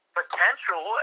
potential